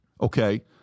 okay